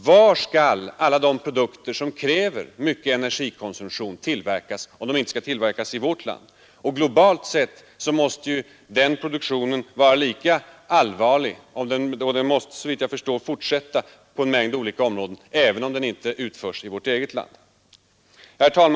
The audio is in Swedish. Var skall alla de produkter som kräver stor energikonsumtion tillverkas, om det inte skall ske i vårt land? Globalt sett måste den produktionen vara lika betänklig på annat håll, och den måste, såvitt jag förstår, fortsätta på en mängd olika områden, även om den inte utförs i Sverige. Herr talman!